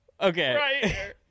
okay